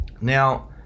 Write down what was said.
Now